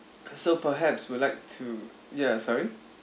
so perhaps would like to ya sorry